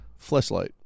fleshlight